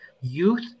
youth